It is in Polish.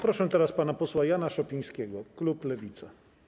Proszę teraz pana posła Jana Szopińskiego, klub Lewica.